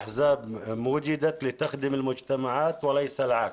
המפלגות קיימות כדי לשרת את הציבור ולא להפך.